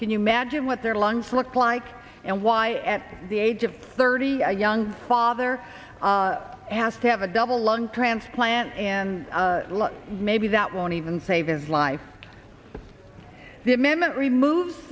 can you imagine what their lungs looked like and why at the age of thirty a young father has to have a double lung transplant and maybe that won't even save his life the amendment remove